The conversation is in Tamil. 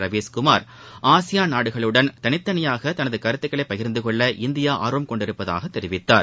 ரவீஷ்குமா் ஆசியாள் நாடுகளுடன் தனித்தனியாக தனது கருத்துக்களை பகிா்ந்துகொள்ள இந்தியா ஆர்வம் கொண்டுள்ளதாக தெரிவித்தார்